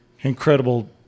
incredible